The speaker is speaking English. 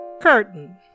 Curtain